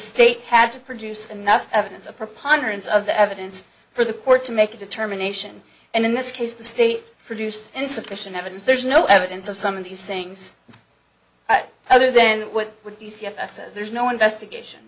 state had to produce enough evidence a preponderance of the evidence for the court to make a determination and in this case the state produced insufficient evidence there's no evidence of some of these things either then what would you see of us as there's no investigation